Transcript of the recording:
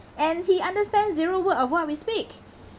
and he understand zero what uh what we speak